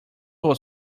were